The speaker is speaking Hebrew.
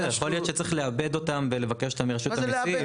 יכול להיות שצריך לעבד אותם ולבקש אותם מרשות המיסים --- מה זה לעבד?